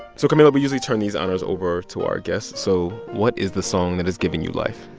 so, camila, we usually turn these honors over to our guests, so what is the song that is giving you life?